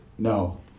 No